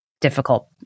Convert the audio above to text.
difficult